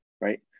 right